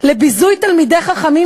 לביזוי תלמידי חכמים,